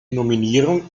nominierung